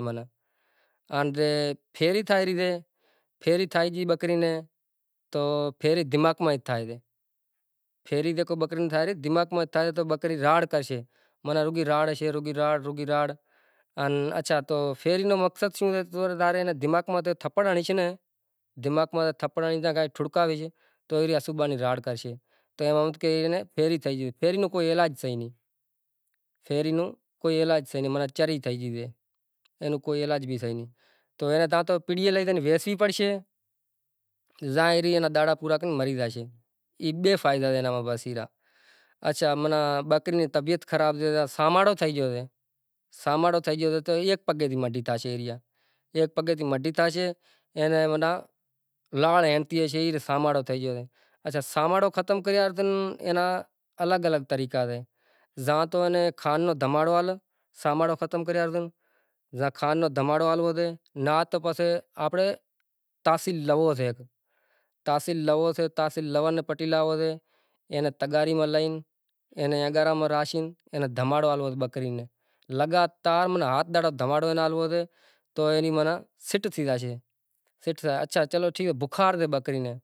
منائی جائے، شری کرشن بھگوان رے جنم رے ڈینہں بھی چھوٹی ہوئے، ٹھیک سے چھوٹی ایم کہ آپیں مطلب ڈینہں ہوئے آز رے ٹیم متھے چھ وجہ ماٹی لیوا زایاں ماٹی باٹی لے بھیگی کرے سائونڈ وغیرا لگائے ڈھولے بولے رمیسیں ڈھولے رمے پوری رات ای ڈھولے رمے وری ای کاریگر ہوئے زکو مورتی وغیرا ٹھائے اہڑا ٹھائے ورے ہوارے بھی رمے وری تقریبن ترن رو ٹیم تھائے